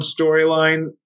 storyline